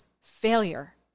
failure